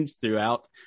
throughout